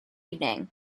evening